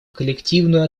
коллективную